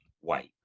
white